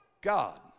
God